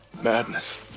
Madness